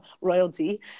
royalty